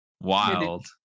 Wild